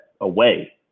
away